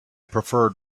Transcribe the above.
preferred